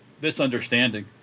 misunderstanding